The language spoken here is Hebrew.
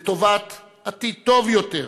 לטובת עתיד טוב יותר,